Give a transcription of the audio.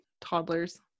toddlers